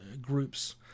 groups